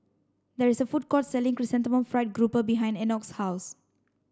there is a food court selling chrysanthemum fried grouper behind Enoch's house